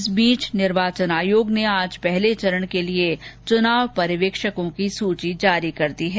इस बीच निर्वाचन आयोग ने आज पहले चरण के लिए चुनाव पर्यवेक्षकों की सूची जारी कर दी है